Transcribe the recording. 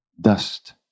dust